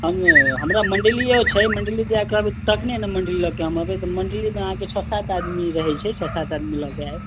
हम हमरा मण्डलियो छै मण्डली जहिया कहबै तखने ने मण्डली लयके हम एबै मण्डलीमे अहाँके छओ सात आदमी रहै छै छओ सात आदमी लयके आयब